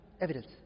Evidence